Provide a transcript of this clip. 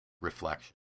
reflection